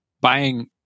buying